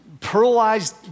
pearlized